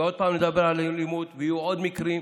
ושוב נדבר על אלימות, ויהיו עוד מקרים.